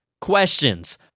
questions